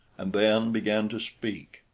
and then began to speak.